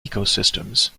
ecosystems